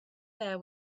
there